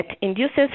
induces